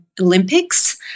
Olympics